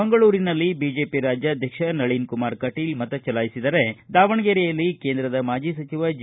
ಮಂಗಳೂರಿನಲ್ಲಿ ಬಿಜೆಪಿ ರಾಜ್ಯಾಧ್ಯಕ್ಷ ನಳೀನ್ ಕುಮಾರ್ ಕಟೀಲ್ ಮತ ಚಲಾಯಿಸಿದರೆ ದಾವಣಗೆರೆಯಲ್ಲಿ ಕೇಂದ್ರದ ಮಾಜಿ ಸಚಿವ ಜಿ